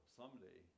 someday